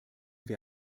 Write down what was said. wir